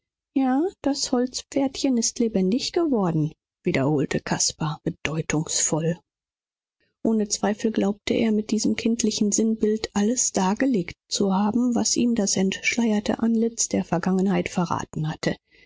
ja das holzpferdchen ist lebendig geworden wiederholte caspar bedeutungsvoll ohne zweifel glaubte er mit diesem kindlichen sinnbild alles dargelegt zu haben was ihm das entschleierte antlitz der vergangenheit verraten hatte